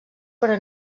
però